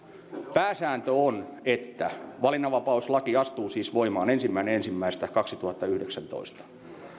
pääsääntö on että valinnanvapauslaki astuu siis voimaan ensimmäinen ensimmäistä kaksituhattayhdeksäntoista